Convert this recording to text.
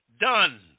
done